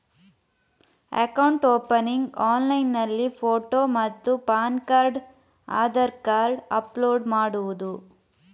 Account opening ಆನ್ಲೈನ್ನಲ್ಲಿ photo ಮತ್ತು PAN card Aadhaar card upload ಮಾಡುವುದು?